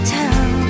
town